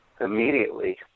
immediately